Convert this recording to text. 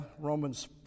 Romans